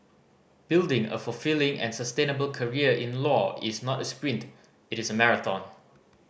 building a fulfilling and sustainable career in law is not a sprint it is a marathon